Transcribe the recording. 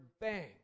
bang